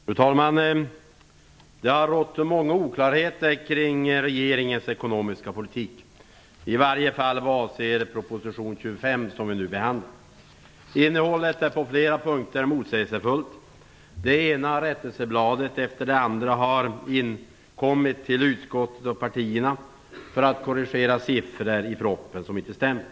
Fru talman! Det har rått många oklarheter kring regeringens ekonomiska politik i varje fall vad avser proposition 25, som vi nu behandlar. Innehållet i den är på flera punkter motsägelsefullt. Det ena rättelsebladet efter det andra har inkommit till utskottet och partierna för att korrigera siffror i propositionen som inte stämmer.